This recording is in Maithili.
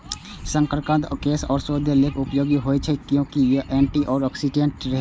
शकरकंद केश आ सौंदर्य लेल उपयोगी होइ छै, कियैकि अय मे एंटी ऑक्सीडेंट रहै छै